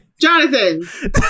Jonathan